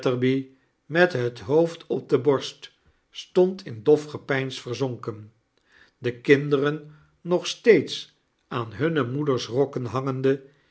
met het hoofd op de borst stond in dof gepeins verzonken de kinderen nog steeds aan hunne moeders rokken hangende